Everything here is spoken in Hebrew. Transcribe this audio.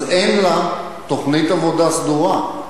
אז אין לה תוכנית עבודה סדורה.